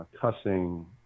Cussing